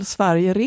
Sverige